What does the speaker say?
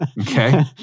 okay